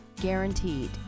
Guaranteed